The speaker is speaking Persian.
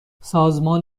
سازمان